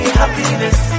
happiness